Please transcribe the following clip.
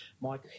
Mike